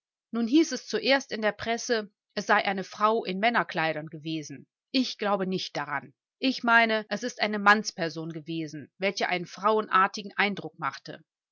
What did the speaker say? nun hieß es zuerst in der presse es sei eine frau in männerkleidern gewesen ich glaube nicht daran ich meine es ist eine mannsperson gewesen welche einen frauenartigen eindruck machte